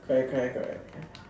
correct correct correct